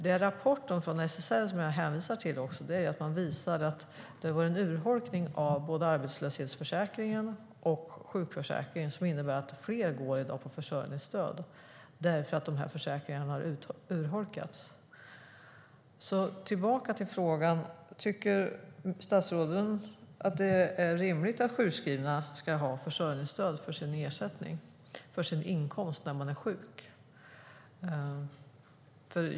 Den rapport från SSR som jag hänvisar till visar att det har varit en urholkning av både arbetslöshetsförsäkringen och sjukförsäkringen som inneburit att fler i dag gå på försörjningsstöd. Tillbaka till frågan: Tycker statsrådet att det är rimligt att sjukskrivna ska ha försörjningsstöd som sin inkomst när de är sjuka?